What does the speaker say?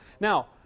now